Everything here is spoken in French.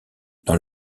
dans